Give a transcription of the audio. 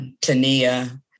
Tania